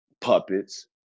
puppets